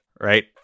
right